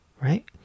right